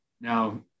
now